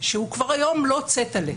שהוא כבר היום לא צטלה,